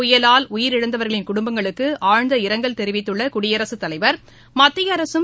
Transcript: புயலால் உயிரிழந்தவா்களின் குடும்பங்களுக்குஆழ்ந்த இரங்கல் தெரிவித்துள்ளகுடியரசுத் தலைவா் மத்தியஅரசும்